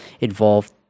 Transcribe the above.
involved